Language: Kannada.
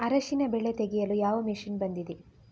ಅರಿಶಿನ ಬೆಳೆ ತೆಗೆಯಲು ಯಾವ ಮಷೀನ್ ಬಂದಿದೆ?